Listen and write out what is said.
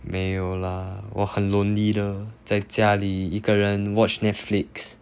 没有 lah 我很 lonely 的在家里一个人 watch netflix